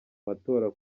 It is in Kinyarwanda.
matora